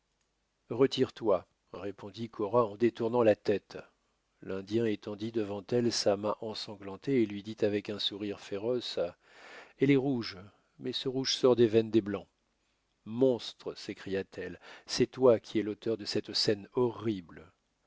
retire-toi répondit cora en détournant la tête l'indien étendit devant elle sa main ensanglantée et lui dit avec un sourire féroce elle est rouge mais ce rouge sort des veines des blancs monstre s'écria-t-elle c'est toi qui es l'auteur de cette scène horrible